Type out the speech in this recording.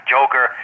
Joker